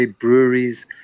breweries